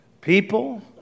People